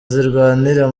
zirwanira